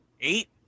Eight